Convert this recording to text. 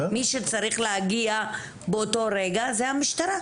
מי שצריך להגיע באותו רגע זה המשטרה.